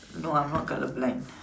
no I'm not colour blind